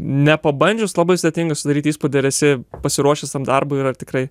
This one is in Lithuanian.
nepabandžius labai sudėtinga sudaryti įspūdį ar esi pasiruošęs tam darbui ir ar tikrai